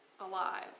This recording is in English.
alive